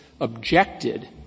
objected